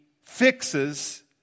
fixes